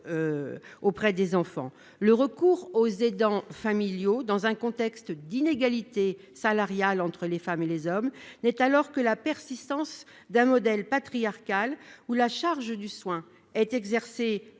formés et en nombre. Le recours aux aidants familiaux dans un contexte d'inégalité salariale entre les femmes et les hommes n'est alors que la persistance d'un modèle patriarcal où la charge du soin est supportée